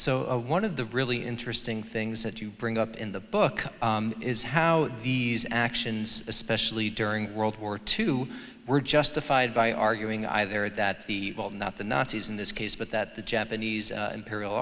so one of the really interesting things that you bring up in the book is how these actions especially during world war two were justified by arguing either that not the nazis in this case but that the japanese imperial